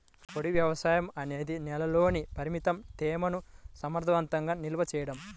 పొడి వ్యవసాయం అనేది నేలలోని పరిమిత తేమను సమర్థవంతంగా నిల్వ చేయడం